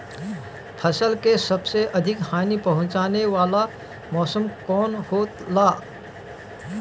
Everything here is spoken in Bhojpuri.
फसल के सबसे अधिक हानि पहुंचाने वाला मौसम कौन हो ला?